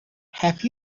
have